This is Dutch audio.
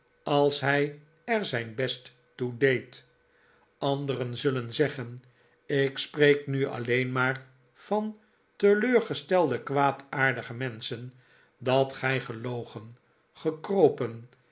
als hij er zijn best toe deed anderen zullen zeggen ik spreek nu alleen maar van teleurgestelde kwaadaardige menschen dat gij gelogen gekropen